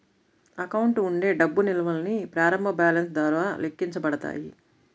account ఉండే డబ్బు నిల్వల్ని ప్రారంభ బ్యాలెన్స్ ద్వారా లెక్కించబడతాయి